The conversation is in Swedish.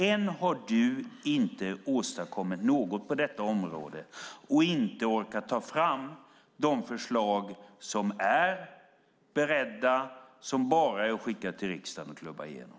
Än har du inte åstadkommit något på detta område och inte orkat ta fram de förslag som är beredda, som bara är att skicka till riksdagen och klubba igenom.